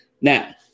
Now